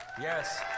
Yes